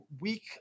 weak